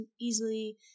easily